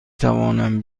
توانم